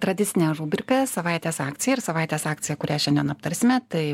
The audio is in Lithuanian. tradicinė rubrika savaitės akcija ir savaitės akcija kurią šiandien aptarsime tai